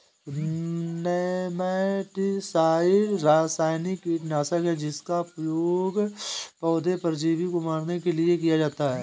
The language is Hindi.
नेमैटिसाइड रासायनिक कीटनाशक है जिसका उपयोग पौधे परजीवी को मारने के लिए किया जाता है